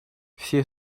все